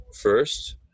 first